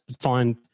find